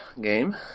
game